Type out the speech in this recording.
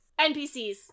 NPCs